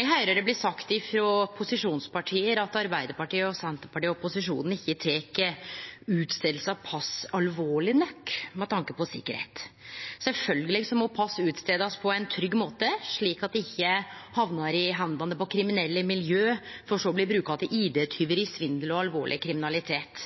Eg høyrer det blir sagt frå posisjonsparti at Arbeidarpartiet og Senterpartiet ikkje tek utferding av pass alvorleg nok med tanke på sikkerheit. Sjølvsagt må pass utferdast på ein trygg måte, slik at dei ikkje hamnar i hendene på kriminelle miljø for så å bli bruka til ID-tjuveri, svindel og alvorleg kriminalitet.